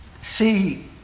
see